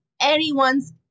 anyone's